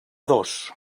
dos